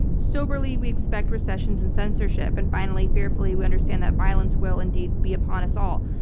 soberly, we expect recessions and censorship, and finally, fearfully, we understand that violence will indeed be upon us all.